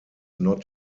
not